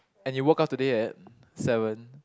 and you woke up today at seven